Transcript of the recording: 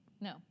No